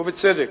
ובצדק.